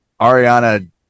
ariana